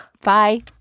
Bye